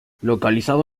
localizado